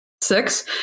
six